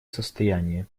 состояние